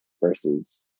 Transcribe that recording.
versus